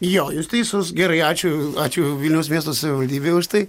jo jūs teisus gerai ačiū ačiū vilniaus miesto savivaldybei už tai